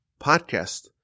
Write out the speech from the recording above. podcast